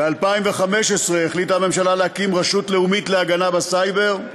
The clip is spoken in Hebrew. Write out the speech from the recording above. ב-2015 החליטה הממשלה להקים רשות לאומית להגנה בסייבר.